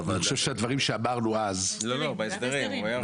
זה היה בהסדרים.